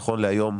נכון להיום,